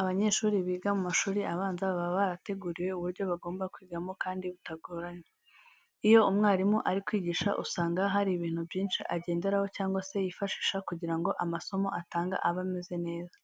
Abanyeshuri biga mu mashuri abanza baba barateguriwe uburyo bagomba kwigamo kandi butagoranye. Iyo umwarimu ari kwigisha usanga hari ibintu byinshi agenderaho cyangwa se yifashisha kugira ngo amasomo atanga abe ameze neza.